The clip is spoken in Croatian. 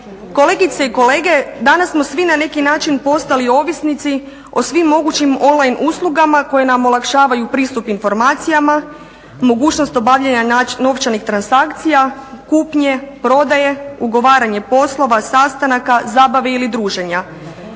Kolegice i kolege, danas smo svi na neki način postali ovisnici o svim mogućim on-line uslugama koje nam olakšavaju pristup informacijama, mogućnost obavljanja novčanih transakcija, kupnje, prodaje, ugovaranje poslova, sastanaka, zabave ili druženja.